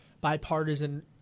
bipartisan